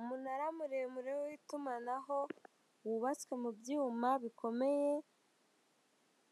Umunara muremure w'itumanaho wubatswe mu byuma bikomeye,